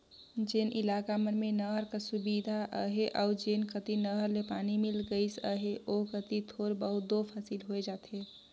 जेन इलाका मन में नहर कर सुबिधा अहे अउ जेन कती नहर ले पानी मिल गइस अहे ओ कती थोर बहुत दो फसिल होए जाथे